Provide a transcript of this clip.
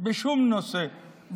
בשום נושא,